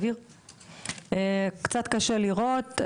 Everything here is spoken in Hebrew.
קצת קשה לראות,